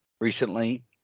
recently